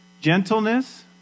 Gentleness